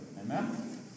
Amen